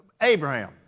Abraham